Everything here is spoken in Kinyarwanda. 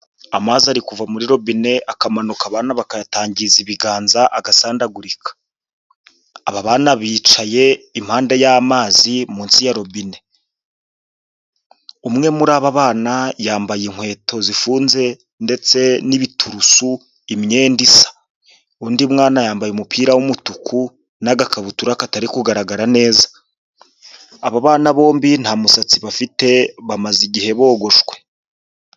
Amazi ari kuva muri robine akamanuka abana bakayatangiza ibiganza agasandagurika, aba abana bicaye y'amazi munsi ya robine umwe muri aba bana yambaye inkweto zifunze ndetse n'ibiturusu imyenda isa, undi mwana umupira w'umutuku n'agakabutura katari kugaragara neza. Aba bana bombi nta musatsi bafite bamaze igihe bogoshwe.